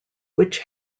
which